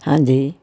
ਹਾਂਜੀ